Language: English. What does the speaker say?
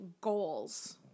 goals